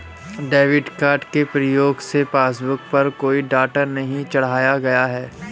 debit card के प्रयोग से पासबुक पर कोई डाटा नहीं चढ़ाया गया है